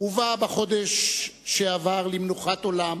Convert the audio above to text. הובא בחודש שעבר למנוחת עולם